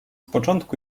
początku